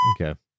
Okay